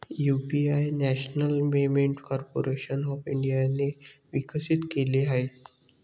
UPI national payment corporation of इंडियाने विकसित केले आहे